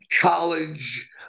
college